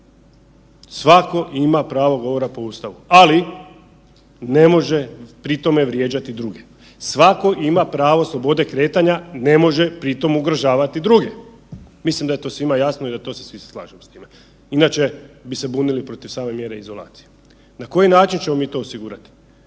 Svako ima pravo govora po Ustavu, ali ne može pri tome vrijeđati druge. Svako ima pravo slobode kretanja i ne može pri tome ugrožavati druge. Mislim da je to svima jasno i da to se svi slažemo s time inače bi se bunili protiv same mjere izolacije. Na koji način ćemo mi to osigurati?